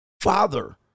Father